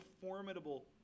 formidable